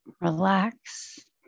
relax